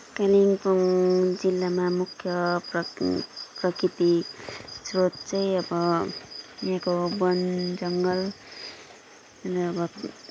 कालिम्पोङ जिल्लमा मुख्य प्रकि प्राकृतिक स्रोत चाहिँ अब यहाँको बन जङ्गल अनि अब